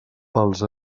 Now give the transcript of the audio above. pels